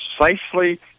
precisely